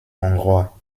hongrois